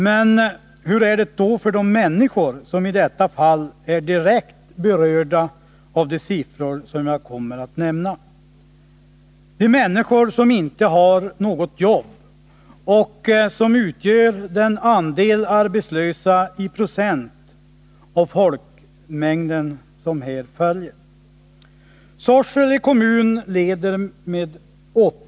Men hur är det då för de människor som i detta fall är direkt berörda av de siffror som jag kommer att nämna? Det gäller människor som inte har något jobb och som utgör den andel arbetslösa i procent av folkmängden som här följer.